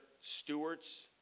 stewards